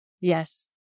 Yes